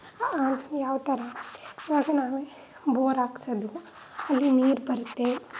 ಯಾವ ಥರ ಇವಾಗ ನಾವು ಬೋರ್ ಹಾಕ್ಸೋದು ಅಲ್ಲಿ ನೀರು ಬರುತ್ತೆ